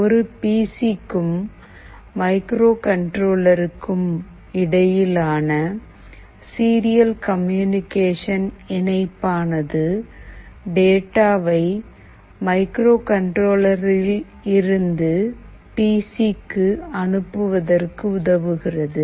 ஒரு P C க்கும் மைக்ரோகண்ட்ரோலருக்கும் இடையிலான சீரியல் கம்யூனிகேஷன் இணைப்பானது டேட்டாவை மைக்ரோ கண்ட்ரோலரில் இருந்து பி சி க்கு அனுப்புவதற்கு உதவுகிறது